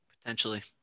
Potentially